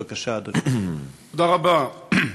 בבקשה, אדוני.